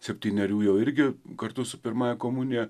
septynerių jau irgi kartu su pirmąja komunija